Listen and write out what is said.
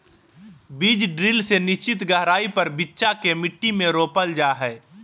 बीज ड्रिल से निश्चित गहराई पर बिच्चा के मट्टी में रोपल जा हई